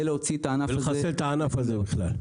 ולחסל את הענף הזה בכלל.